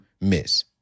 miss